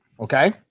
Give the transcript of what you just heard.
okay